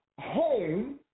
home